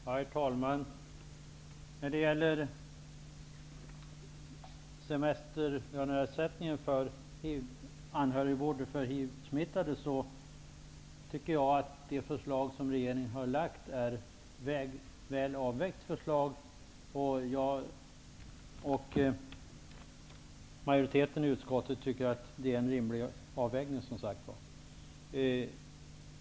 Herr talman! Jag tycker liksom majoriteten i utskottet att det förslag regeringen har lagt fram angående semesterlöneersättning vid anhörigvård av hiv-smittade är väl avvägt.